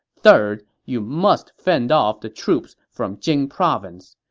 third, you must fend off the troops from jing province.